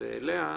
ואליה ייפנו.